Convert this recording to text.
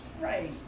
Right